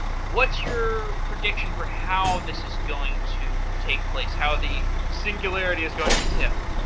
what's your prediction for how this is going to take place? how the singularity is going to tip?